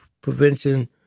prevention